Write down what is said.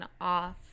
off